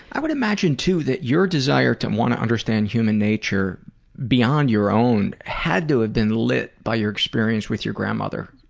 i would imagine, too, that your desire to want to understand human nature beyond your own had to have been lit by your experience with your grandmother.